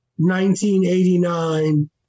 1989